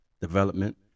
Development